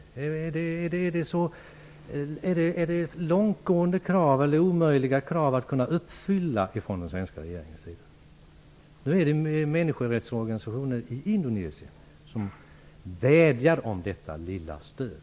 Är det långtgående krav, eller krav som är omöjliga att uppfylla från den svenska regeringens sida? Det är en människorättsorganisation i Indonesien som vädjar om detta lilla stöd.